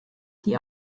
die